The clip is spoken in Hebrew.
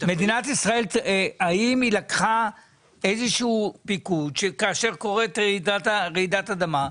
במדינת ישראל שלוקח פיקוד כשקורית רעידת אדמה?